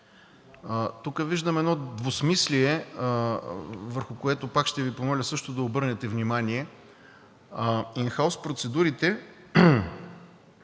Тук виждам едно двусмислие, върху което пак ще Ви помоля също да обърнете внимание. Ин хаус процедурите